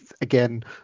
again